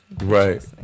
Right